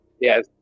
Yes